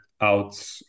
out